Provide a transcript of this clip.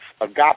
agape